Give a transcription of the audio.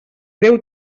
deu